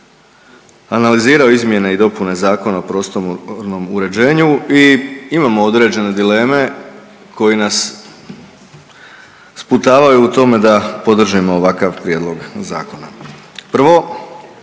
analizirao izmjene i dopune Zakona o prostornom uređenju i imamo određene dileme koje nas sputavaju u tome da podržimo ovakav prijedlog zakona. Prvo,